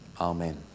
Amen